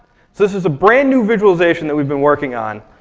this is a brand new visualization that we've been working on.